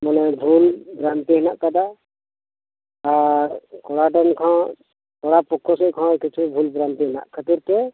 ᱵᱷᱩᱞᱼᱵᱷᱨᱟᱱᱛᱤ ᱦᱮᱱᱟᱜ ᱟᱠᱟᱫᱟ ᱟᱨ ᱠᱚᱲᱟ ᱯᱚᱠᱠᱷᱚ ᱠᱷᱚᱱ ᱦᱚᱸ ᱠᱤᱪᱷᱩ ᱵᱷᱩᱞᱼᱵᱷᱨᱟᱱᱛᱤ ᱦᱮᱱᱟᱜ ᱠᱷᱟᱹᱛᱤᱨ ᱛᱮ